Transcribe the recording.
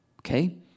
Okay